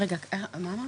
רגע, מה אמרת?